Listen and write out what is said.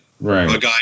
right